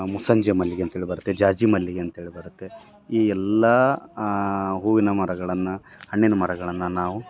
ಮುಸ್ಸಂಜೆ ಮಲ್ಲಿಗೆ ಅಂತೇಳಿ ಬರತ್ತೆ ಜಾಜಿ ಮಲ್ಲಿಗೆ ಅಂತೇಳಿ ಬರುತ್ತೆ ಈ ಎಲ್ಲ ಹೂವಿನ ಮರಗಳನ್ನು ಹಣ್ಣಿನ ಮರಗಳನ್ನು ನಾವು